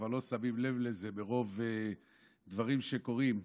כבר לא שמים לב לזה מרוב דברים שקורים.